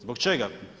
Zbog čega?